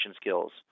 skills